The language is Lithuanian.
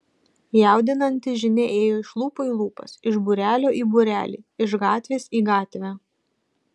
jaudinanti žinia ėjo iš lūpų į lūpas iš būrelio į būrelį iš gatvės į gatvę